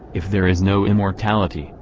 if there is no immortality,